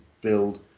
build